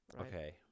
Okay